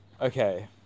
Okay